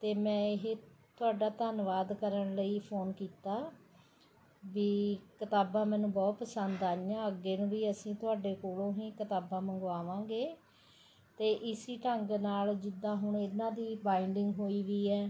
ਅਤੇ ਮੈਂ ਇਹ ਤੁਹਾਡਾ ਧੰਨਵਾਦ ਕਰਨ ਲਈ ਫੋਨ ਕੀਤਾ ਵੀ ਕਿਤਾਬਾਂ ਮੈਨੂੰ ਬਹੁਤ ਪਸੰਦ ਆਈਆਂ ਅੱਗੇ ਨੂੰ ਵੀ ਅਸੀਂ ਤੁਹਾਡੇ ਕੋਲ਼ੋ ਹੀ ਕਿਤਾਬਾਂ ਮੰਗਵਾਂਵਾਗੇ ਅਤੇ ਇਸੀ ਢੰਗ ਨਾਲ ਜਿੱਦਾਂ ਹੁਣ ਇਨ੍ਹਾਂ ਦੀ ਬਾਈਡਿੰਗ ਹੋਈ ਵੀ ਆ